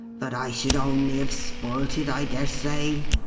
but i should only have spoilt it, i dare say.